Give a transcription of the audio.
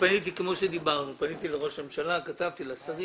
פניתי לראש הממשלה, כתבתי לשרים